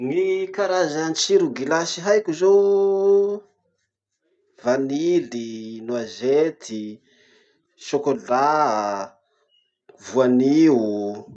Gny karaza tsiro gilasy haiko zao: vanily, noisette, chocolat, voanio.